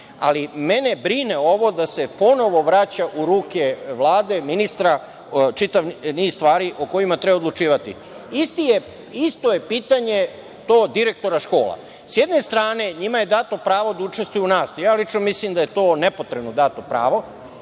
ali, mene brine ovo da se ponovo vraća u ruke Vlade, ministra, čitav niz stvari o kojima treba odlučivati. Isto je pitanje direktora škola. S jedne strane njima je dato pravo da učestvuju u nastavi. Lično mislim da je to nepotrebno dato pravo,